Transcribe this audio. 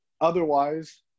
Otherwise